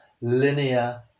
linear